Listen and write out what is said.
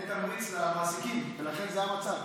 אין תמריץ למעסיקים, ולכן זה המצב.